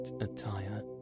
attire